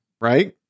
Right